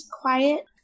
quiet